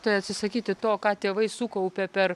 tai atsisakyti to ką tėvai sukaupė per